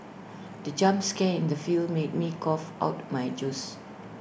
the jump scare in the film made me cough out my juice